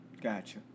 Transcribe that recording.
Gotcha